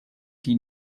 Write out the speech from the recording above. die